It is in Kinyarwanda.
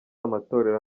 amatorero